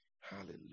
Hallelujah